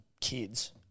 kids